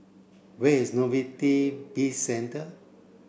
where is Novelty Bizcentre